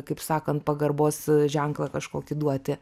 kaip sakant pagarbos ženklą kažkokį duoti